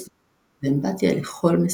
ואמפתיה לכל מספר.